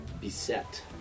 Beset